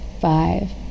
five